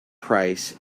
price